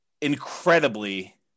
incredibly